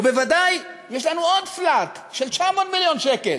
ובוודאי יש לנו עוד flat, של 900 מיליון שקל,